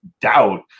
doubt